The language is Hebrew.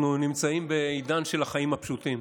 אנחנו נמצאים בעידן של החיים הפשוטים,